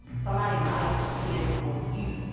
somebody's life depends on you.